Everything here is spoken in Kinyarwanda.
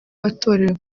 watorewe